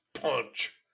punch